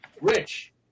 Rich